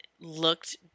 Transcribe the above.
looked